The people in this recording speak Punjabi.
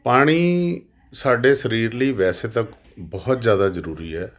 ਪਾਣੀ ਸਾਡੇ ਸਰੀਰ ਲਈ ਵੈਸੇ ਤਾਂ ਬਹੁਤ ਜ਼ਿਆਦਾ ਜ਼ਰੂਰੀ ਹੈ